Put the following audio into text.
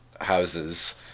houses